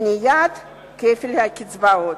מניעת כפל קצבאות.